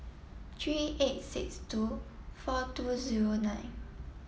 three eight six two four two zero nine